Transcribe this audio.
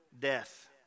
death